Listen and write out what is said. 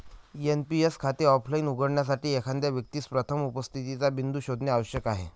NPS खाते offline उघडण्यासाठी, एखाद्या व्यक्तीस प्रथम उपस्थितीचा बिंदू शोधणे आवश्यक आहे